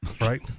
right